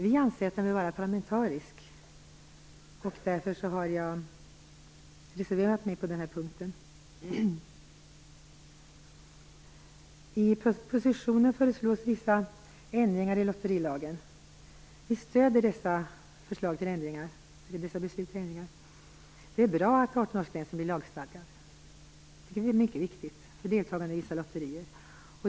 Vi anser att den bör vara parlamentarisk, och jag har därför reserverat mig på den punkten. I propositionen föreslås vissa ändringar i lotterilagen. Vi stöder dessa förslag till ändringar. Det är bra att 18-årsgränsen blir lagstadgad för deltagande i vissa lotterier. Det tycker vi är mycket viktigt.